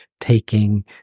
taking